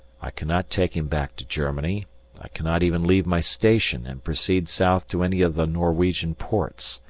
i cannot take him back to germany i cannot even leave my station and proceed south to any of the norwegian ports.